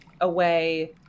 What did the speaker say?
away